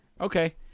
Okay